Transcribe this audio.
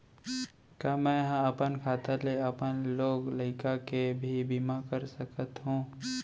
का मैं ह अपन खाता ले अपन लोग लइका के भी बीमा कर सकत हो